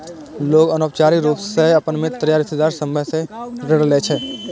लोग अनौपचारिक रूप सं अपन मित्र या रिश्तेदार सभ सं सेहो ऋण लै छै